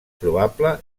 probable